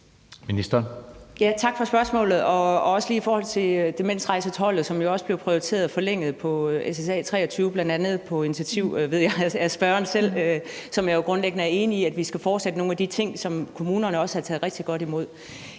Tak for spørgsmålet, også lige i forhold til demensrejseholdet, som jo også blev prioriteret forlænget på SSA23, bl.a. på initiativ, ved jeg, af spørgeren selv. Jeg er jo grundlæggende enig i, at vi skal fortsætte nogle af de ting, som kommunerne også har taget rigtig godt imod.